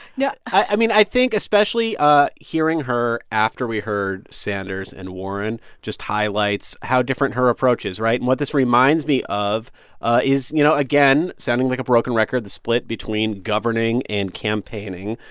i mean, i think especially ah hearing her after we heard sanders and warren just highlights how different her approach is, right? and what this reminds me of ah is, you know, again, sounding like a broken record, the split between governing and campaigning.